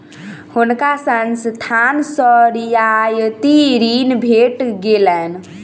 हुनका संस्थान सॅ रियायती ऋण भेट गेलैन